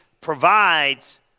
provides